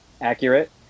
accurate